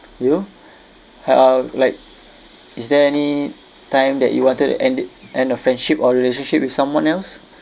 you how like is there anytime that you wanted to end it end a friendship or relationship with someone else